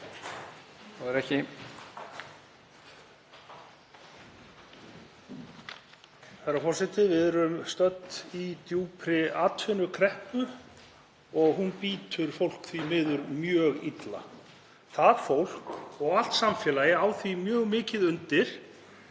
SPEECH_BEGIN Herra forseti. Við erum stödd í djúpri atvinnukreppu og hún bítur fólk því miður mjög illa. Það fólk, og allt samfélagið, á því mjög mikið undir